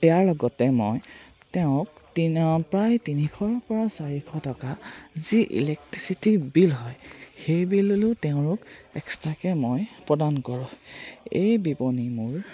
ইয়াৰ লগতে মই তেওঁক তিন প্ৰায় তিনিশৰ পৰা চাৰিশ টকা যি ইলেক্ট্ৰিচিটিৰ বিল হয় সেই বিললৈও তেওঁৰ এক্সট্ৰাকৈ মই প্ৰদান কৰোঁ এই বিপণি মোৰ